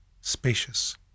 spacious